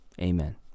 Amen